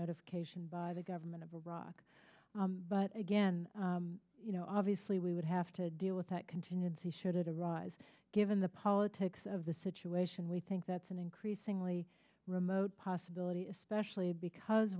notification by the government of iraq but again you know obviously we would have to deal with that continued see should it arise given the politics of the situation we think that's an increasingly remote possibility especially because